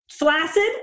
Flaccid